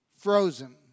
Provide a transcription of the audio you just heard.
frozen